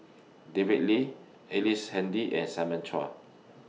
David Lee Ellice Handy and Simon Chua